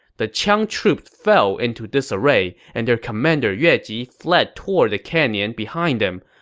the qiang troops fell into disarray, and their commander yue ji fled toward the canyon behind him.